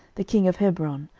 the king of hebron,